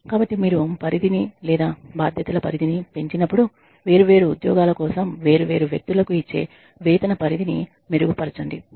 కాబట్టి మీరు పరిధిని లేదా బాధ్యతల పరిధిని పెంచినప్పుడు వేర్వేరు ఉద్యోగాల కోసం వేర్వేరు వ్యక్తులకు ఇచ్చే వేతన పరిధిని మెరుగుపరచండి